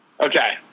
Okay